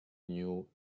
new